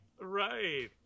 Right